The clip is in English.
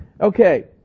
Okay